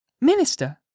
Minister